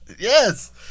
yes